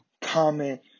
comment